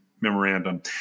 memorandum